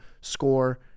score